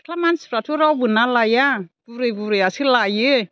सिख्ला मानसिफ्राथ' रावबो ना लाया बुरै बुरियासो लायो